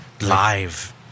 Live